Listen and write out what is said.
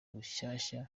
rushyashya